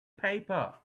paper